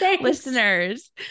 listeners